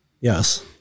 Yes